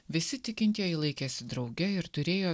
visi tikintieji laikėsi drauge ir turėjo